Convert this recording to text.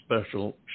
special